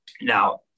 Now